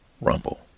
Rumble